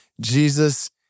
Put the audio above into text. Jesus